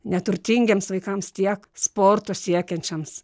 neturtingiems vaikams tiek sporto siekiančioms